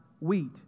wheat